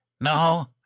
No